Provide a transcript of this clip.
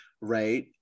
right